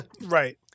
right